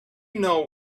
know